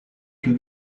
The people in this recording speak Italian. più